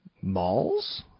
malls